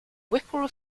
whipple